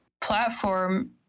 platform